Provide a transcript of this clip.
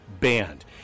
banned